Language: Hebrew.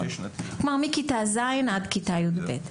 כלומר, מכיתה ז' עד כיתה י"ב.